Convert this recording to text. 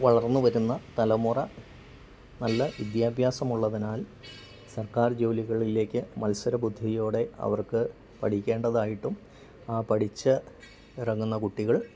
വളർന്നുവരുന്ന തലമുറ നല്ല വിദ്യാഭ്യാസമുള്ളതിനാൽ സർക്കാർ ജോലികളിലേക്കു മത്സര ബുദ്ധിയോടെ അവർക്കു പഠിക്കേണ്ടതായിട്ടും ആ പഠിച്ച് ഇറങ്ങുന്ന കുട്ടികൾ